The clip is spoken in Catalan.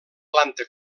planta